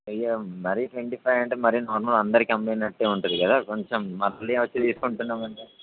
అయ్య మరీ twenty five అంటే మరీ నార్మల్ అందరికి అమ్మినట్టే ఉంటుంది కదా కొంచెం మళ్ళీ వచ్చి తీసుకుంటున్నామంటే